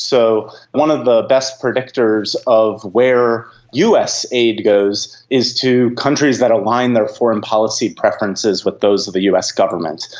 so one of the best predictors of where us aid goes is to countries that align their foreign policy preferences with those of the us government.